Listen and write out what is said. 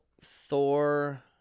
Thor